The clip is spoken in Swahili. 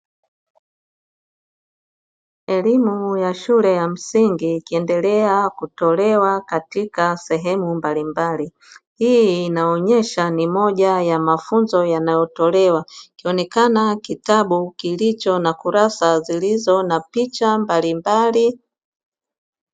Elimu ya shule ya msingi ikiendelea kutolewa katika sehemu mbalimbali, hii inaonyesha ni moja ya mafunzo yanayotolewa ikionekana kitabu kilicho na kurasa zilizo na picha mbalimbali.